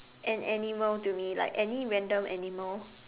an animal to me like any random animal